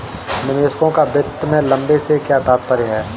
निवेशकों का वित्त में लंबे से क्या तात्पर्य है?